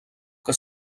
que